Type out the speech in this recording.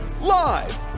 Live